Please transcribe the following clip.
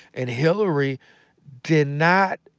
and hillary did not,